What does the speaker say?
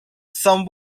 some